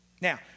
Now